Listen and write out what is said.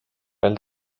veel